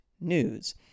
news